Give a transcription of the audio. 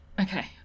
Okay